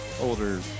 older